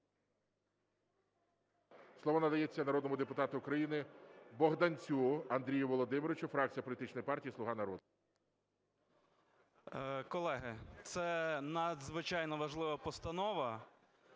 Слово надається народному депутату України Богданцю Андрію Володимировичу, фракція політичної партії "Слуга народу". 11:09:31 БОГДАНЕЦЬ А.В. Колеги, це надзвичайно важлива постанова,